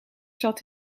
zat